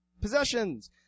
possessions